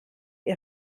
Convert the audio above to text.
ihr